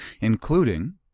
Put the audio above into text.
including